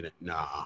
nah